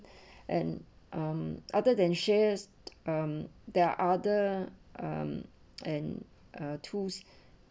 and um other than shares um there are other um and uh twos